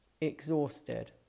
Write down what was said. exhausted